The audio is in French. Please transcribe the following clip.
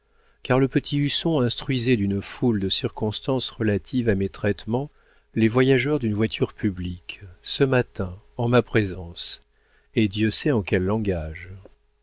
car le petit husson instruisait d'une foule de circonstances relatives à mes traitements les voyageurs d'une voiture publique ce matin en ma présence et dieu sait en quel langage